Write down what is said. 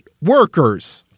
workers